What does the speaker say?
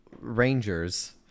rangers